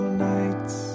nights